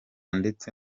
ndetse